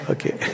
Okay